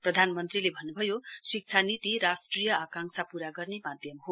प्रधानमन्त्रीले भन्नुभयो शिक्षा नीति राष्ट्रिय आकाक्षा प्ररा गर्ने माध्यम हो